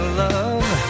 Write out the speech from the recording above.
love